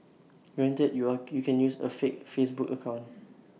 granted you are you can use A fake Facebook account